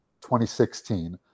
2016